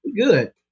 Good